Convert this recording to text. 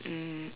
mm